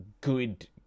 good